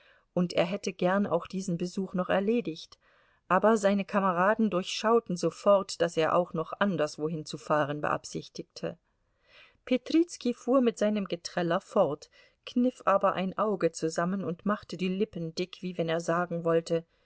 und er hätte gern auch diesen besuch noch erledigt aber seine kameraden durchschauten sofort daß er auch noch anderswohin zu fahren beabsichtige petrizki fuhr mit seinem geträller fort kniff aber ein auge zusammen und machte die lippen dick wie wenn er sagen wollte